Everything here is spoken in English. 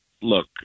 Look